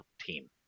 team